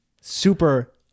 super